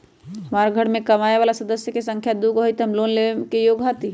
हमार घर मैं कमाए वाला सदस्य की संख्या दुगो हाई त हम लोन लेने में योग्य हती?